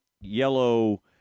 yellow